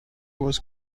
was